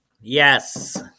Yes